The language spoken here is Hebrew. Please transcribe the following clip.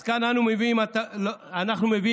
אז כאן אנו מביאים לא הטבה,